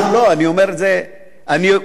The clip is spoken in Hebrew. כן, זה נכון.